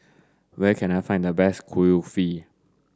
where can I find the best Kulfi